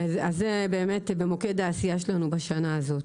זה באמת במוקד העשייה שלנו בשנה הזאת.